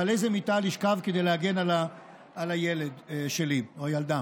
ועל איזו מיטה לשכב כדי להגן על הילד שלי או הילדה.